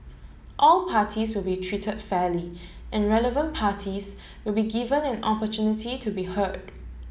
all parties will be treated fairly and relevant parties will be given an opportunity to be heard